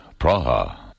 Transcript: Praha